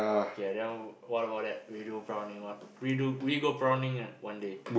okay then what about that we do prawning what we do we go prawning uh one day